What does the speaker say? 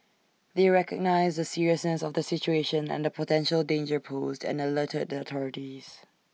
they recognised the seriousness of the situation and the potential danger posed and alerted the authorities